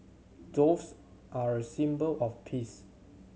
doves are a symbol of peace